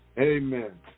Amen